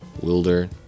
wilder